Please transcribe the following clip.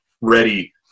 ready